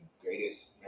greatest